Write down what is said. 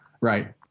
Right